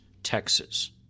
Texas